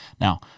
Now